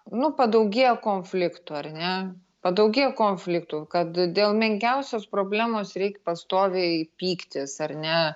nu padaugėjo konfliktų ar ne padaugėjo konfliktų kad dėl menkiausios problemos reik pastoviai pyktis ar ne